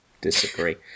Disagree